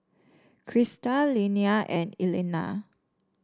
Krysta Leanna and Elena